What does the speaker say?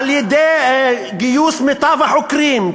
על-ידי גיוס מיטב החוקרים,